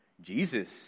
Jesus